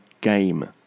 game